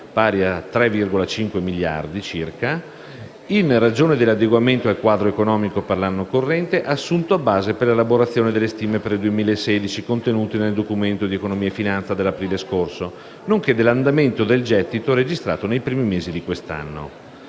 (3,5 miliardi circa), in ragione dell'adeguamento al quadro macroeconomico per l'anno corrente, assunto a base per l'elaborazione delle stime per il 2016 contenute nel DEF dell'aprile scorso, nonché dell'andamento del gettito registrato nei primi mesi di quest'anno.